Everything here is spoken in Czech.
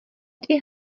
dvě